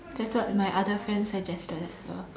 that's what my other friend suggested as well